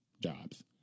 jobs